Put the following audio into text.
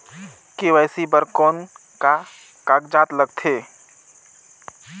KYC बर कौन का कागजात लगथे?